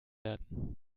werden